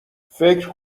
فکر